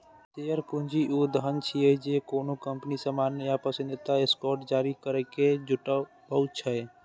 share पूंजी ऊ धन छियै, जे कोनो कंपनी सामान्य या पसंदीदा स्टॉक जारी करैके जुटबै छै